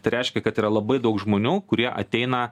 tai reiškia kad yra labai daug žmonių kurie ateina